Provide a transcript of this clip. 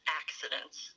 accidents